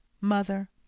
mother